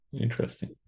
Interesting